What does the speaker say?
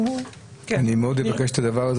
אני מאוד מבקש את זה.